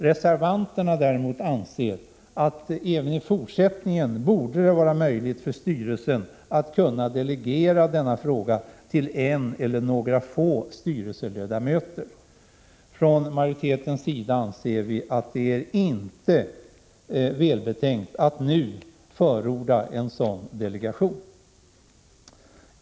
Reservanterna däremot anser att det även i fortsättningen borde vara möjligt för styrelsen att delegera beslutsrätten i denna fråga till en eller några få styrelseledamöter. Vi i majoriteten anser att det inte är välbetänkt att nu förorda en sådan delegering.